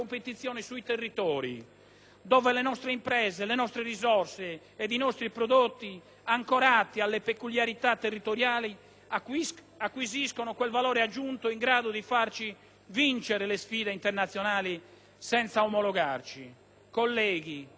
dove le nostre imprese, le nostre risorse ed i nostri prodotti, ancorati alle peculiarità territoriali, acquisiscono quel valore aggiunto in grado di farci vincere le sfide internazionali, senza omologarci. Colleghi, come ben sapete,